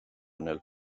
nel